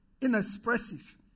Inexpressive